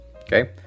okay